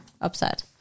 upset